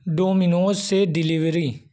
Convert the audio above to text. Domino's से delivery